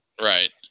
Right